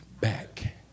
back